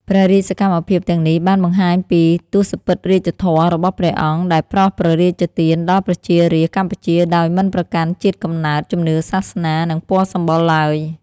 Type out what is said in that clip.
ព្រះរាជសកម្មភាពទាំងនេះបានបង្ហាញពីទសពិធរាជធម៌របស់ព្រះអង្គ ដែលប្រោសព្រះរាជទានដល់ប្រជារាស្ត្រកម្ពុជាដោយមិនប្រកាន់ជាតិកំណើត ជំនឿសាសនា ឬពណ៌សម្បុរឡើយ។